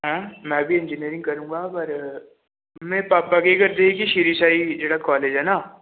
ਹੈ ਮੈਂ ਵੀ ਇੰਜੀਨੀਅਰਿੰਗ ਕਰੂੰਗਾ ਪਰ ਮੇਰੇ ਪਾਪਾ ਕਿਹਾ ਕਰਦੇ ਹੈ ਕਿ ਸ਼੍ਰੀ ਸਾਈ ਜਿਹੜਾ ਕਾਲਜ ਹੈ ਨਾ